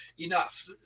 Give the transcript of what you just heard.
enough